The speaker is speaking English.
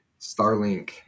Starlink